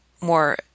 more